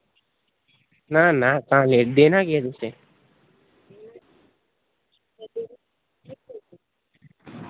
ना ना तां देना केह् ऐ तुसें